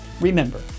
Remember